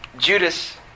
Judas